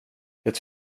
det